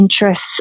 interests